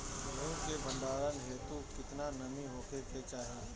गेहूं के भंडारन हेतू कितना नमी होखे के चाहि?